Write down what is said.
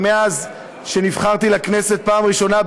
מאז נבחרתי לכנסת בפעם הראשונה,